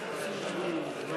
לא,